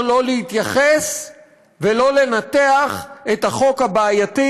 שלא להתייחס ולא לנתח את החוק הבעייתי,